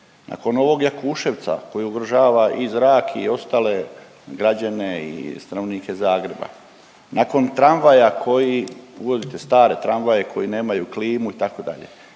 nakon ovog Jakuševca koji ugrožava i zrak i ostale građane i stanovnike Zagreba, nakon tramvaja koji, uvozite stare tramvaje koji nemaju klimu itd.